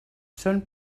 són